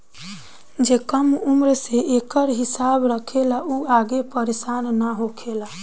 जे कम उम्र से एकर हिसाब रखेला उ आगे परेसान ना होखेला